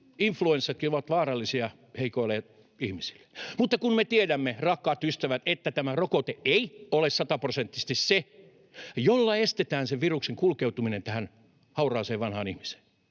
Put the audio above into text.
influenssatkin ovat vaarallisia heikoille ihmisille. Mutta me tiedämme, rakkaat ystävät, että tämä rokote ei ole sataprosenttisesti se, jolla estetään sen viruksen kulkeutuminen tähän hauraaseen, vanhaan ihmiseen,